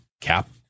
cap